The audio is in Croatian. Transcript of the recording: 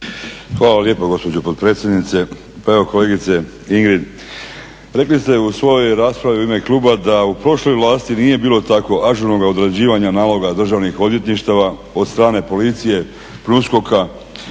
vam lijepo gospođo potpredsjednice. Pa evo kolegice Ingrid, rekli ste u svojoj raspravi u ime kluba da u prošloj vlasti nije bilo tako ažurnoga odrađivanja naloga državnih odvjetništava od strane policije, USKOK-a